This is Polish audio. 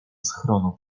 schronu